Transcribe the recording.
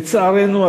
לצערנו,